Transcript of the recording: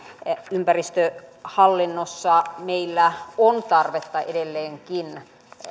ympäristöhallinnossa meillä on tarvetta edelleenkin